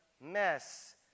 mess